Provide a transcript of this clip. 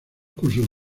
cursos